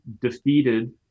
defeated